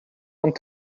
want